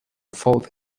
fought